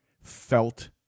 felt